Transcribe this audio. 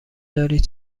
دارید